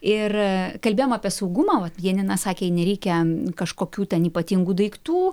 ir kalbėjom apie saugumą vat janina sakė nereikia kažkokių ten ypatingų daiktų